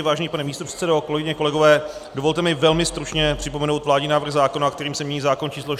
Vážený pane místopředsedo, kolegyně, kolegové, dovolte mi velmi stručně připomenout vládní návrh zákona, kterým se mění zákon č. 424/2010 Sb.